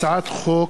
הצעת חוק